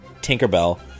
Tinkerbell